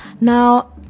Now